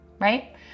right